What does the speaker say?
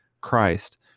christ